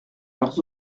leurs